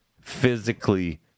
physically